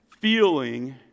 feeling